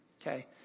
Okay